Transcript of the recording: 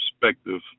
perspective